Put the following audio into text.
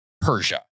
Persia